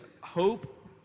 hope